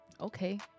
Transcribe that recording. okay